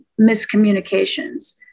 miscommunications